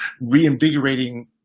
reinvigorating